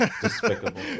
Despicable